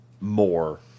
more